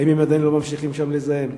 האם עדיין הם ממשיכים לזהם?